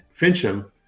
Fincham